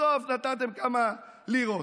בסוף נתתם כמה לירות,